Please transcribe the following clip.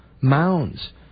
mounds